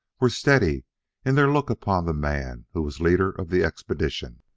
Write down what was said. were steady in their look upon the man who was leader of the expedition.